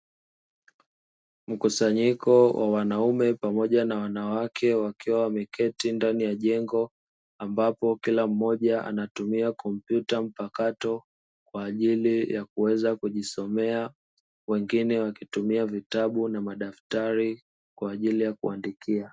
Mkusanyiko wa wanaume pamoja na wanawake wakiwa wameketi ndani ya jengo ambapo kila mmoja anatumia kompyuta mpakato kwa ajili ya kuweza kujisomea wengine wakitumia vitabu na madaftari kwa ajili ya kuandikia.